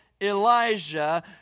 Elijah